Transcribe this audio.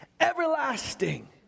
everlasting